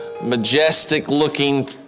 majestic-looking